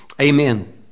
Amen